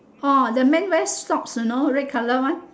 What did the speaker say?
orh the man wearing socks you know red colour one